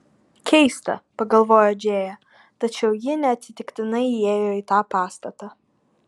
keista pagalvojo džėja tačiau ji neatsitiktinai įėjo į tą pastatą